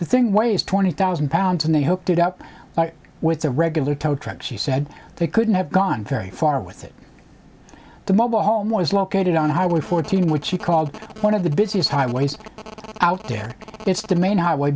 the thing weighs twenty thousand pounds and they hooked it up with a regular tow truck she said they couldn't have gone very far with it the mobile home was located on highway fourteen which she called one of the busiest highways out there it's the main highway